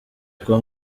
kuba